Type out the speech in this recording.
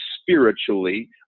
spiritually